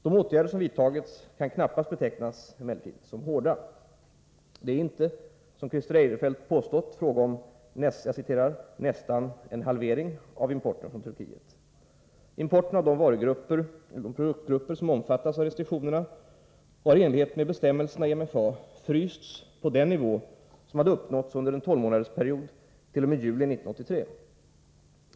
De åtgärder som vidtagits kan knappast betecknas som ”hårda”. Det är inte som Christer Eirefelt påstått fråga om ”nästan —-—— en halvering” av importen från Turkiet. Importen av de produktgrupper som omfattas av restriktionerna har i enlighet med bestämmelserna i MFA frysts på den nivå som hade uppnåtts under en tolvmånadersperiod t.o.m. juli 1983.